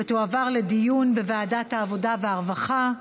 ותועבר לדיון בוועדת העבודה והרווחה,